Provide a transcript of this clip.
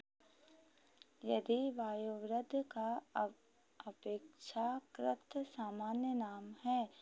यदि वयोवृद्ध का अप अपेक्षाकृत सामान्य नाम है